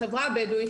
החברה הבדואית,